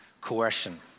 coercion